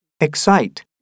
Excite